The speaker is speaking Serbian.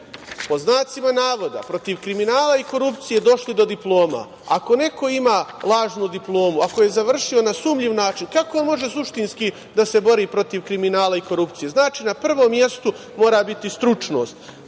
pod znacima navoda protiv kriminala i korupcije, došli do diploma? Ako neko ima lažnu diplomu, ako je završio na sumnjiv način, kako on može suštinski da se bori protiv kriminala i korupcije? Znači, na prvom mestu mora biti stručnost,